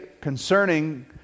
concerning